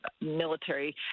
military